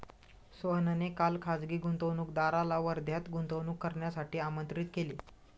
सोहनने काल खासगी गुंतवणूकदाराला वर्ध्यात गुंतवणूक करण्यासाठी आमंत्रित केले